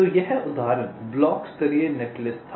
तो यह उदाहरण ब्लॉक स्तरीय नेटलिस्ट था